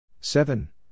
seven